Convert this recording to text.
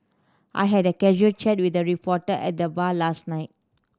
I had a casual chat with a reporter at the bar last night